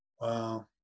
Wow